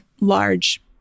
large